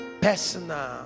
personal